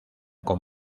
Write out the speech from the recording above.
con